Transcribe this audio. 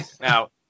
Now